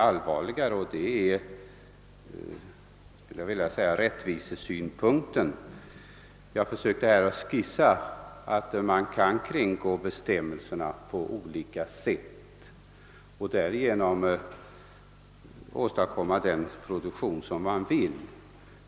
Allvarligare är emellertid rättvisesynpunkten. Jag försökte skissa att man på olika sätt kan kringgå bestämmelserna och därigenom åstadkomma den produktion man vill ha.